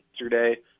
yesterday